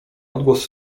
odgłos